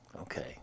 Okay